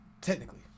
Technically